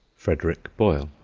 frederick boyle.